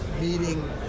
meeting